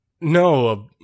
no